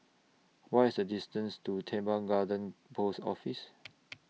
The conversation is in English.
What IS The distance to Teban Garden Post Office